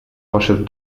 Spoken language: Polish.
poszedł